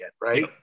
right